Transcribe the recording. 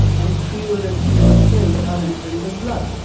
and fewer and fewer cells are entering the blood,